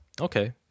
Okay